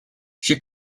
she